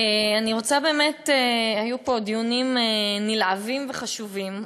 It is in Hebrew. היו פה באמת דיונים נלהבים וחשובים,